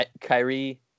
Kyrie